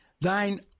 thine